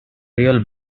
real